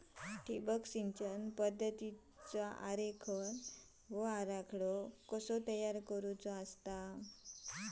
ठिबक सिंचन पद्धतीचा आरेखन व आराखडो कसो तयार करायचो?